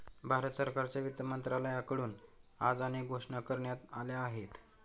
भारत सरकारच्या वित्त मंत्रालयाकडून आज अनेक घोषणा करण्यात आल्या आहेत